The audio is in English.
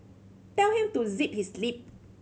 tell him to zip his lip